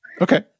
okay